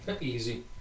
Easy